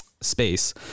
space